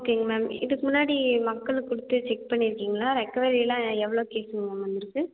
ஓகேங்க மேம் இதுக்கு முன்னாடி மக்களுக்கு கொடுத்து செக் பண்ணியிருக்கிங்களா ரெக்கவரிலாம் எவ்வளோ கேஸுங்க மேம் வந்திருக்கு